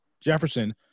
Jefferson